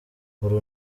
uru